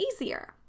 easier